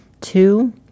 Two